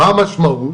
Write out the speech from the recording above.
מה המשמעות,